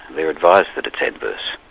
they're advised that it's adverse.